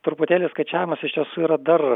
truputėlį skaičiavimas iš tiesų yra dar